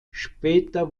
später